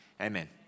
Amen